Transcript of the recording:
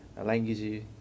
Language